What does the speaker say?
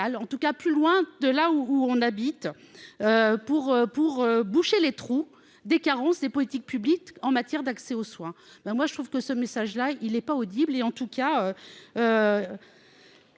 en tout cas plus loin de là où on habite, pour pour boucher les trous des carences des politiques publiques en matière d'accès aux soins, ben moi je trouve que ce message-là, il est pas audible et en tout cas,